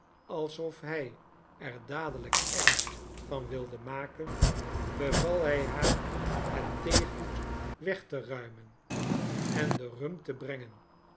alsof hij er dadelijk ernst van wilde maken beval hij haar het theegoed weg te ruimen en den rum te brengen